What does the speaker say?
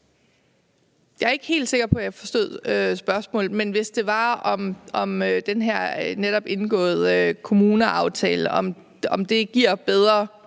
Jeg er ikke helt sikker på, jeg forstod spørgsmålet, men hvis det handlede om, om den her netop indgåede kommuneaftale giver bedre